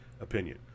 opinion